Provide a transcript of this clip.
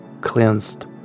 cleansed